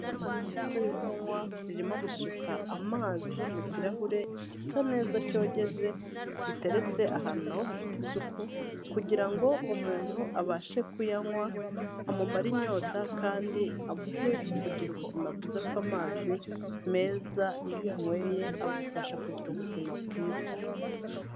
Ry'amazi meza yo kunywa ririmo gusuka amazi mu kirahure gisa neza cyogeje giteretse ahantu naho hafite isuku kugira ngo umuntu abashe kuyanywa amumare inyota kandi amuhe kugira ubuzima bwiza kuko amazi meza iyo yanyweye agufasha kugira ubuzima bwiza.